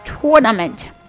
tournament